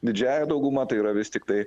didžiąja dauguma tai yra vis tiktai